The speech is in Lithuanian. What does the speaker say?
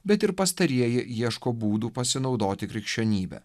bet ir pastarieji ieško būdų pasinaudoti krikščionybe